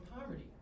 poverty